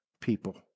people